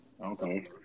Okay